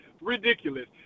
ridiculous